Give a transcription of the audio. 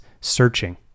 searching